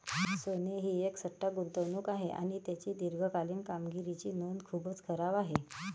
सोने ही एक सट्टा गुंतवणूक आहे आणि त्याची दीर्घकालीन कामगिरीची नोंद खूपच खराब आहे